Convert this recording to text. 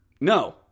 no